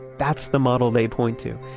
that's the model they point to.